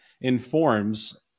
informs